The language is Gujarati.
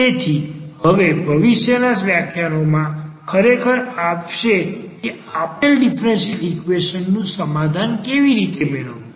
તેથી હવે ભવિષ્યના વ્યાખ્યાનોમાં ખરેખર આવશે કે આપેલ ડીફરન્સીયલ ઈક્વેશન નુ સમાધાન કેવી રીતે મેળવવું